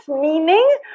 meaning